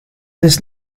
this